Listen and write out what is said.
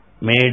made